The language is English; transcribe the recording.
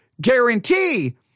guarantee